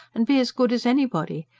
and be as good as anybody,